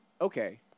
okay